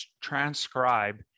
transcribe